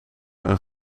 een